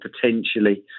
potentially